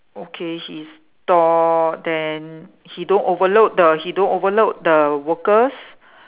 okay he's tall then he don't overload the he don't overload the workers